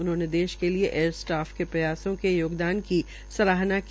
उन्होंने देश के लिए एयर स्टाफ के प्रयासों के योगदन की सराहना की